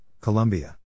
Colombia